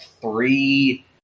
three